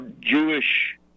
Jewish